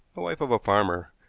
the wife of a farmer.